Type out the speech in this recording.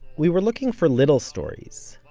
we were looking for little stories,